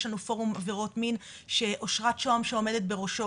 יש לנו פורום עבירות מין שאושרת שהם שעומדת בראשו,